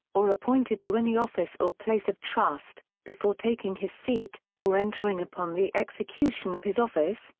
or appointed to any office or place of trust, before taking his seat, or entering upon the execution of his office,